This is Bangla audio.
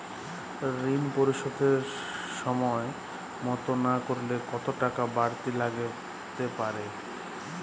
ঋন পরিশোধ সময় মতো না করলে কতো টাকা বারতি লাগতে পারে?